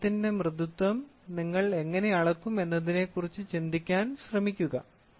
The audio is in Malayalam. ചർമ്മത്തിന്റെ മൃദുത്വം നിങ്ങൾ എങ്ങനെ അളക്കും എന്നതിനെക്കുറിച്ച് ചിന്തിക്കാൻ ശ്രമിക്കുക